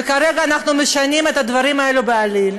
וכרגע אנחנו משנים את הדברים האלה בעליל,